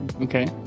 okay